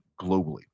globally